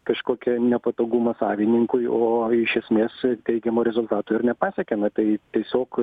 kažkokia nepatogumą savininkui o iš esmės teigiamų rezultatų ir nepasiekiama tai tiesiog